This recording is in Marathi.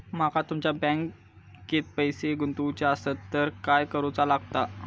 माका तुमच्या बँकेत पैसे गुंतवूचे आसत तर काय कारुचा लगतला?